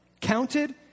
Counted